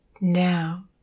now